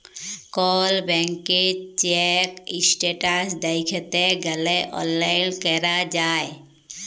call ব্যাংকের check status দ্যাইখতে গ্যালে অললাইল ক্যরা যায়